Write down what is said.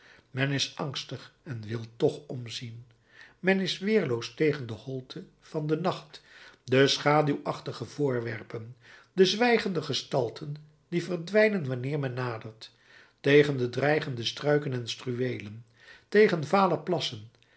men is angstig en wil toch omzien men is weerloos tegen de holte van den nacht de schaduwachtige voorwerpen de zwijgende gestalten die verdwijnen wanneer men nadert tegen de dreigende struiken en struweelen tegen vale plassen